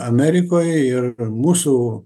amerikoje ir mūsų